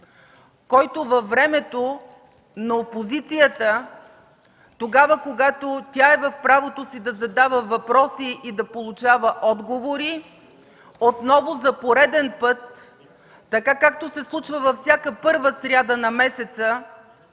който е във времето на опозицията, тогава когато тя е в правото си, да задава въпроси и да получава отговори, отново за пореден път, така както се случва във всяка първа сряда на месеца,